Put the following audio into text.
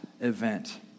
event